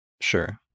Sure